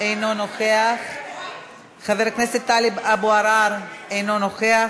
אינו נוכח, חבר הכנסת טלב אבו עראר, אינו נוכח,